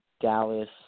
Dallas